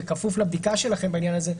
כפוף לבדיקה שלכם בעניין הזה,